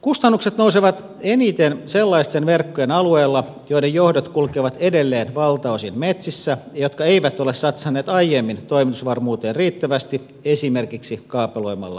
kustannukset nousevat eniten sellaisten verkkojen alueilla joiden johdot kulkevat edelleen valtaosin metsissä ja jotka eivät ole satsanneet aiemmin toimitusvarmuuteen riittävästi esimerkiksi kaapeloimalla johtoja